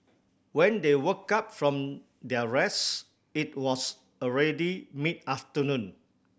when they woke up from their rest it was already mid afternoon